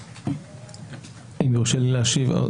אם יורשה לי להשיב,